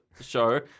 show